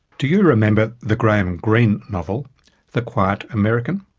do you remember the graham greene novel the quiet american?